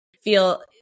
feel